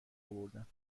اوردم